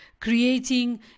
creating